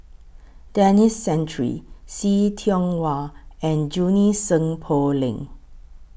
Denis Santry See Tiong Wah and Junie Sng Poh Leng